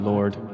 Lord